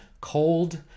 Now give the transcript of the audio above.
cold